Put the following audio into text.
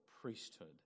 priesthood